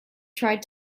tried